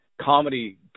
comedy